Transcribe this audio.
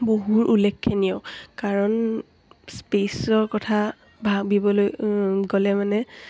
বহু উল্লেখণীয় কাৰণ স্পেচৰ কথা ভাবিবলৈ গ'লে মানে